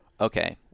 okay